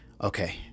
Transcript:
okay